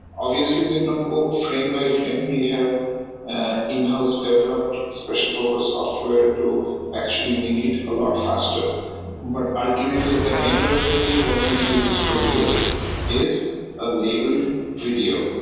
obviously, they don't go frame by frame. we have a in-house develop special-purpose software to actually make it a lot faster but ultimately, at the end of the day what these people produce is a labelled video,